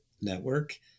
network